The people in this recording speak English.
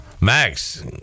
max